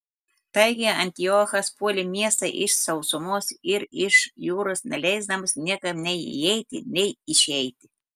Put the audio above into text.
taigi antiochas puolė miestą iš sausumos ir iš jūros neleisdamas niekam nei įeiti nei išeiti